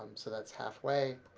so that's halfway.